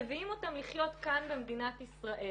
מביאים אותן לחיות כאן במדינת ישראל,